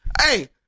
hey